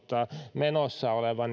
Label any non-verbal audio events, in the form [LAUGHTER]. menossa oleva [UNINTELLIGIBLE]